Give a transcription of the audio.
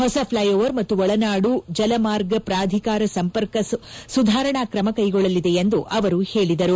ಹೊಸ ಫ್ಟೈಓವರ್ ಮತ್ತು ಒಳನಾಡು ಜಲಮಾರ್ಗ ಪ್ರಾಧಿಕಾರ ಸಂಪರ್ಕ ಸುಧಾರಣ ಕ್ರಮ ಕೈಗೊಳ್ಳಲಿದೆ ಎಂದು ಹೇಳಿದರು